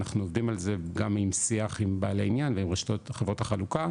אנחנו עובדים על זה גם עם שיח עם בעלי עניין ועם רשתות חברות החלוקה,